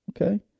Okay